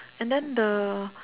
and then the